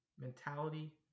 Mentality